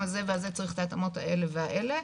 הזה והזה צריך את ההתאמות האלה והאלה.